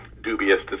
dubious